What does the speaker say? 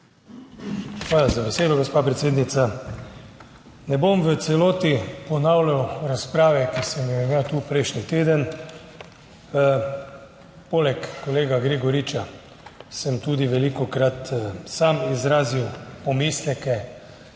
Hvala za besedo, gospa predsednica. Ne bom v celoti ponavljal razprave, ki sem jo imel tu prejšnji teden. Poleg kolega Gregoriča sem tudi velikokrat sam izrazil pomisleke,